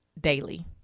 daily